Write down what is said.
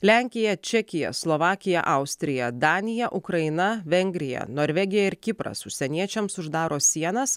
lenkija čekija slovakija austrija danija ukraina vengrija norvegija ir kipras užsieniečiams uždaro sienas